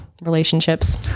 relationships